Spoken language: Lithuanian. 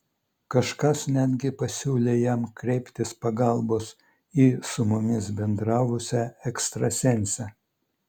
kažkas netgi pasiūlė jam kreiptis pagalbos į su mumis bendravusią ekstrasensę